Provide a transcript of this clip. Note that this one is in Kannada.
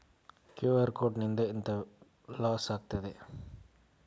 ಕ್ಯೂ.ಆರ್ ಕೋಡ್ ನಿಂದ ಎಂತ ಲಾಸ್ ಆಗ್ತದೆ?